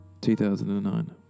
2009